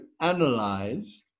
analyze